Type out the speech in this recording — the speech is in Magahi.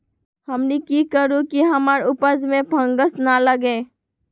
हमनी की करू की हमार उपज में फंगस ना लगे?